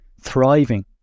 thriving